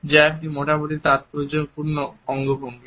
যা একটি মোটামুটি তাৎপর্যপূর্ণ অঙ্গভঙ্গি